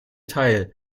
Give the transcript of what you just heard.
teil